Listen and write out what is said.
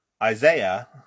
Isaiah